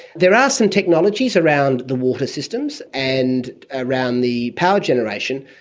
there are some technologies around the water systems and around the power generation,